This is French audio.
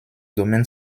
domaine